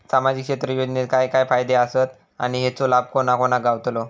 सामजिक क्षेत्र योजनेत काय काय फायदे आसत आणि हेचो लाभ कोणा कोणाक गावतलो?